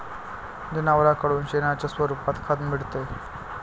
जनावरांकडून शेणाच्या स्वरूपात खत मिळते